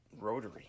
Rotary